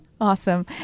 Awesome